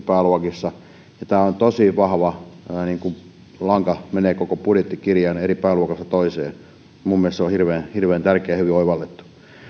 pääluokissa tämä on tosi vahva ikään kuin lanka joka menee läpi koko budjettikirjan pääluokasta toiseen minun mielestäni se on hirveän tärkeä ja hyvin oivallettu